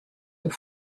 have